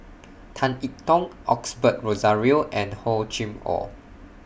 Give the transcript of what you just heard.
Tan I Tong Osbert Rozario and Hor Chim Or